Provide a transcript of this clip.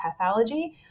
pathology